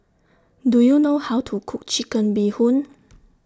Do YOU know How to Cook Chicken Bee Hoon